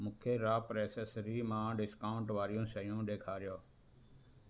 मूंखे रॉ प्रेस्सेरी मां डिस्काउंट वारियूं शयूं ॾेखारियो